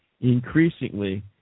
increasingly